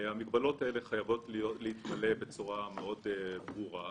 המגבלות האלו חייבות להתמלא בצורה מאוד ברורה.